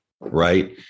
right